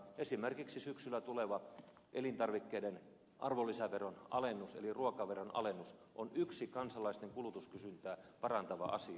esimerkiksi syksyllä tuleva elintarvikkeiden arvonlisäveron alennus eli ruokaveron alennus on yksi kansalaisten kulutuskysyntää parantava asia